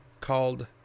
called